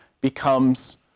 becomes